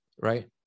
right